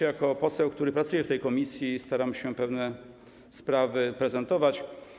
Jako poseł, który pracuje w tej komisji, staram się pewne sprawy prezentować.